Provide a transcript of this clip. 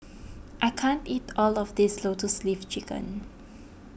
I can't eat all of this Lotus Leaf Chicken